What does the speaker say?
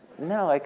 no. like